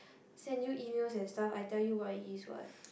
send you emails and stuff I tell you what it is what